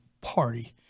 party